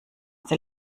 der